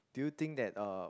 do you think that uh